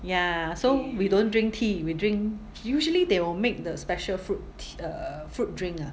ya so we don't drink tea we drink usually they will make the special fruit err fruit drink ah